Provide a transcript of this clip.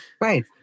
Right